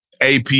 AP